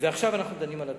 ועכשיו אנחנו דנים על התקציב,